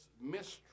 mystery